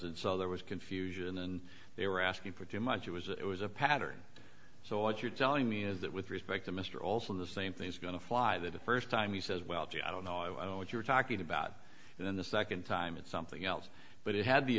and so there was confusion and they were asking for too much it was it was a pattern so what you're telling me is that with respect to mr olson the same thing is going to fly the first time he says well gee i don't know i know what you're talking about and then the second time it's something else but it had the